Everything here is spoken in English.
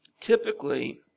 typically